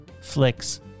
Flicks